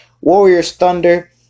Warriors-Thunder